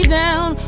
down